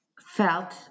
felt